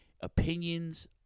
Opinions